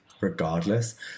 regardless